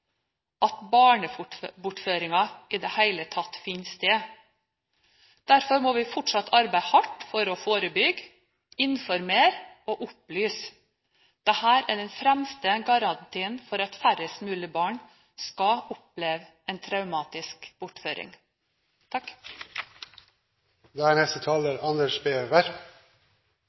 i det hele tatt finner sted. Derfor må vi fortsatt arbeide hardt for å forebygge, informere og opplyse. Dette er den fremste garantien for at færrest mulig barn skal oppleve en traumatisk bortføring. Barnebortføring er